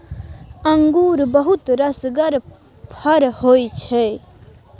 अंगुर बहुत रसगर फर होइ छै